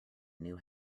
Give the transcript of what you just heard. knew